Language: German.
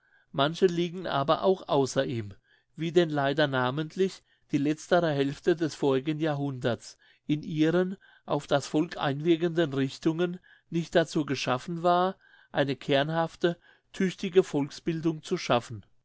manche liegen aber auch außer ihm wie denn leider namentlich die letztere hälfte des vorigen jahrhunderts in ihren auf das volk einwirkenden richtungen nicht dazu geschaffen war eine kernhafte tüchtige volksbildung zu schaffen